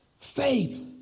Faith